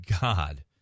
God